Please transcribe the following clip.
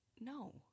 No